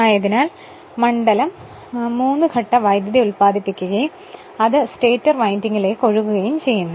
ആയതിനാൽ മണ്ഡലം ത്രീഫേസ് വൈദ്യുതി ഉൽപാദിപ്പിക്കുകയും അത് സ്റ്റേറ്റർ വൈൻഡിങ്ങിലേക്ക് ഒഴുകുകയും ചെയ്യുന്നു